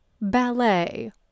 ballet